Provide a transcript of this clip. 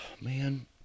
man